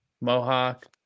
Mohawk